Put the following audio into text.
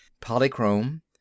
Polychrome